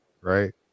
Right